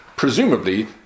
Presumably